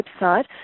website